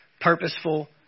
purposeful